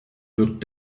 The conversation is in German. wird